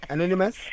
Anonymous